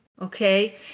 okay